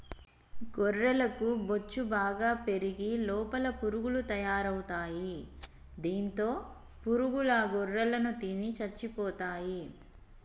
గొర్రెలకు బొచ్చు బాగా పెరిగి లోపల పురుగులు తయారవుతాయి దాంతో పురుగుల గొర్రెలను తిని చచ్చిపోతాయి